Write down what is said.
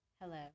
Hello